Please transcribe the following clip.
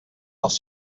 els